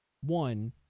one